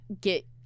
get